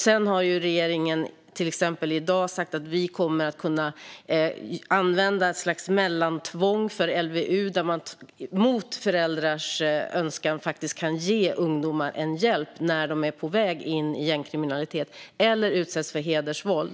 Sedan har regeringen i dag, till exempel, sagt att vi kommer att kunna använda ett slags mellantvång för LVU där man mot föräldrars önskan kan ge ungdomar hjälp när de är på väg in i gängkriminalitet eller utsätts för hedersvåld.